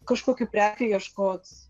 kažkokių prekių ieškots